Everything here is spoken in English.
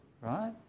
right